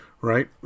right